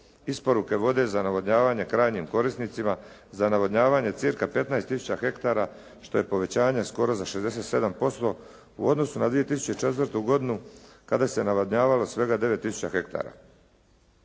isporuke za navodnjavanje krajnjim korisnicima za navodnjavanje cca 15 tisuća hektara što je povećanje skoro za 67% u odnosu na 2004. godinu kada se navodnjavalo svega 9 tisuća hektara.